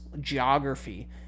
geography